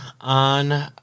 on